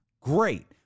Great